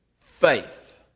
Faith